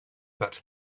but